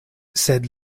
sed